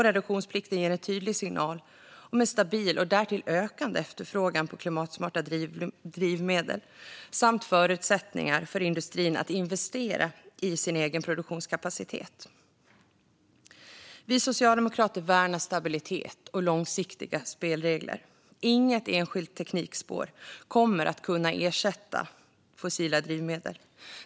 Reduktionsplikten ger en tydlig signal om en stabil och därtill ökande efterfrågan på klimatsmarta drivmedel samt förutsättningar för industrin att investera i sin egen produktionskapacitet. Vi socialdemokrater värnar stabilitet och långsiktiga spelregler. Inget enskilt teknikspår kommer att kunna ersätta fossila drivmedel.